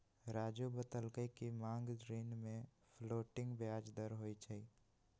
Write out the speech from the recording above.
राज़ू बतलकई कि मांग ऋण में फ्लोटिंग ब्याज दर होई छई